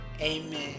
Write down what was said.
Amen